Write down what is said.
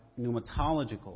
pneumatological